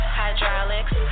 hydraulics